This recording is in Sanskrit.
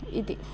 इति